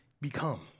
become